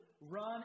run